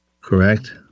Correct